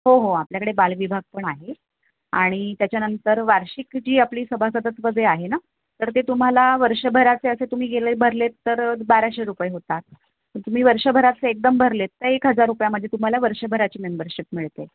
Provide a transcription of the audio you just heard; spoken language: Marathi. हो हो आपल्याकडे बालविभाग पण आहे आणि त्याच्यानंतर वार्षिक जी आपली सभासदत्व जे आहे ना तर ते तुम्हाला वर्षभराचे असे तुम्ही गेले भरलेत तर बाराशे रुपये होतात पण तुम्ही वर्षभराचे एकदम भरलेत तर एक हजार रुपयामध्ये तुम्हाला वर्षभराची मेंबरशिप मिळते